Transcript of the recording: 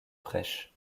prêches